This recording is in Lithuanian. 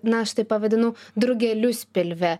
na aš tai pavadinau drugelius pilve